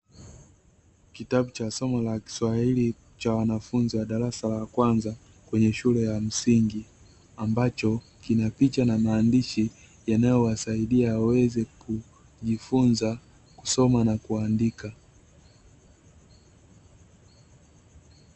Kitabu cha somo la kiswahili cha wanafunzi wa darasa la kwanza kwenye shule ya msingi , ambacho kinapicha na maandishi yanayo wasaidia waweze kujifunza kusoma na kuandika.